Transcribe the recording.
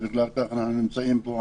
ובגלל זה אנחנו נמצאים פה.